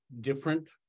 different